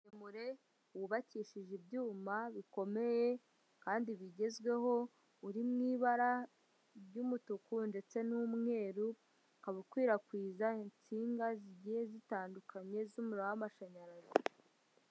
Muremure wubakishije ibyuma bikomeye kandi bigezweho, uri mu ibara ry'umutuku ndetse n'umweru, ukaba ukwirakwiza insinga zigiye zitandukanye z'umuriro w'amashanyarazi.